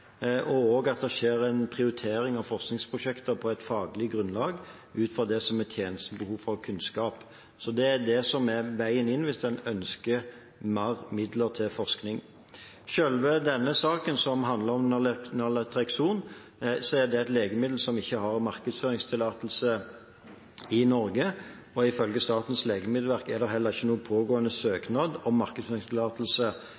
og også at det skjer en prioritering av forskningsprosjekter på et faglig grunnlag ut fra det som er tjenestens behov for kunnskap. Så det er det som er veien inn hvis en ønsker mer midler til forskning. Når det gjelder denne saken, som handler om Naltrekson, så er det et legemiddel som ikke har markedsføringstillatelse i Norge, og ifølge Statens legemiddelverk er det heller ikke noen pågående